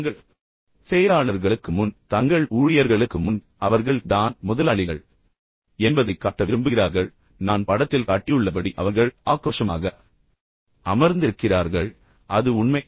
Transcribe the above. தங்கள் செயலாளர்களுக்கு முன் தங்கள் ஊழியர்களுக்கு முன் அவர்கள் தான் உண்மையான முதலாளிகள் என்பதைக் காட்ட விரும்புகிறார்கள் பின்னர் நான் படத்தில் காட்டியுள்ளபடி அவர்கள் மிகவும் ஆக்ரோஷமாக அமர்ந்திருக்கிறார்கள் அது உண்மை